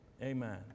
Amen